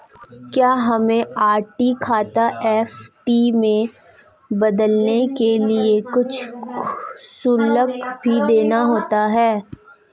क्या हमको आर.डी खाता एफ.डी में बदलने के लिए कुछ शुल्क भी देना होता है?